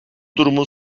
durumun